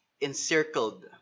encircled